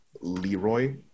Leroy